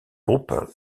groupe